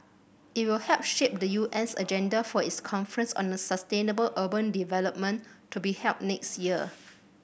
it will help shape the UN's agenda for its conference on the sustainable urban development to be held next year